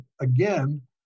again